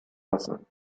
lassen